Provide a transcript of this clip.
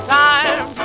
time